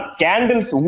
candles